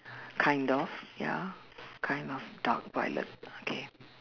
kind of ya kind of dark violet okay